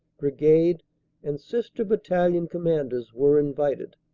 brigade and sister battalion com manders were invited.